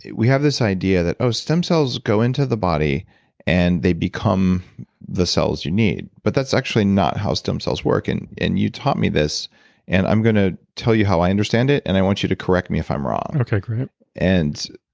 we have this idea that ah stem cells go into the body and they become the cells you need. but that's actually not how stem cells work and and you taught me this and i'm going to tell you how i understand it and i want you to correct me if i'm wrong okay, great